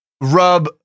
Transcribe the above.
rub